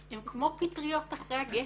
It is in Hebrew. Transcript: הם כמו פטריות אחרי הגשם.